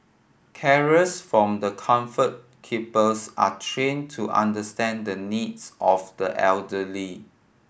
carers from the Comfort Keepers are train to understand the needs of the elderly